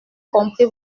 compris